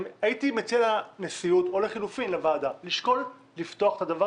הייתי מציע לנשיאות או לחילופין לוועדה לשקול לפתוח את הדבר